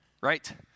right